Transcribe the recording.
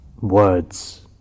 words